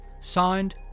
signed